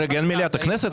רגע, אין את מליאת הכנסת?